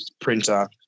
printer